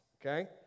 Okay